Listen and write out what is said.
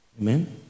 Amen